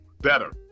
better